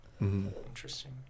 Interesting